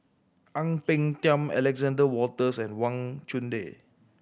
Ang Peng Tiam Alexander Wolters and Wang Chunde